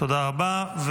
תודה רבה.